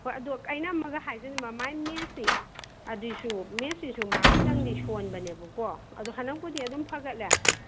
ꯍꯣꯏ ꯑꯗꯣ ꯑꯩꯅ ꯑꯃꯒ ꯍꯥꯏꯖꯅꯤꯡꯕ ꯑꯃꯒ ꯃꯥꯒꯤ ꯃꯦꯠꯁꯁꯤ ꯑꯗꯨꯁꯨ ꯃꯦꯠꯁꯁꯤꯁꯨ ꯃꯥ ꯈꯥꯇꯪꯗꯤ ꯁꯣꯟꯕꯅꯦꯕꯀꯣ ꯑꯗꯣ ꯍꯟꯗꯛꯄꯨꯗꯤ ꯑꯗꯨꯝ ꯐꯒꯠꯂꯦ